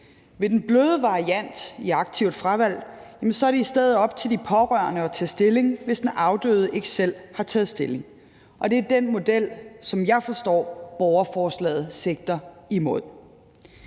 Ved den bløde variant af aktivt fravalg er det i stedet op til de pårørende at tage stilling, hvis den afdøde ikke selv har taget stilling, og det er den model, som jeg forstår at borgerforslaget sigter imod.